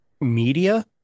media